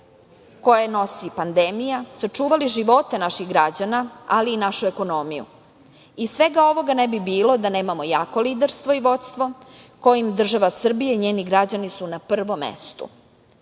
koje nosi pandemija, sačuvali živote naših građana, ali i našu ekonomiju. Svega ovoga ne bi bilo da nemamo jako liderstvo i vodstvo kojim država Srbija i njeni građani su na prvom mestu.